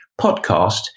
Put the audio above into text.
podcast